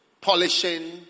Polishing